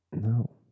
No